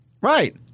Right